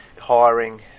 hiring